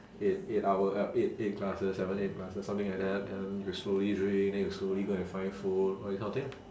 eight eight hour uh eight eight glasses seven eight glasses something like that and then you slowly drink then you slowly go and find food all this kind of thing ah